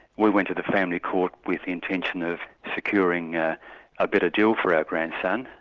we went to the family court with the intention of securing a ah better deal for our grandson,